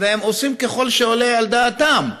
והם עושים ככל שעולה על דעתם.